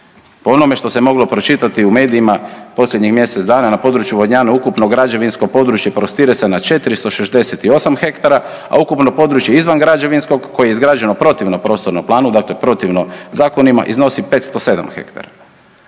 Po onome što se moglo pročitati u medijima, posljednjih mjesec dana, na području Vodnjana, ukupno građevinsko područje prostire se na 468 hektara, a ukupno područje izvan građevinskog, koje je izgrađeno protivno prostornom planu, dakle protivno zakonima, iznosi 507 hektara.